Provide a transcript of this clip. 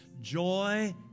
joy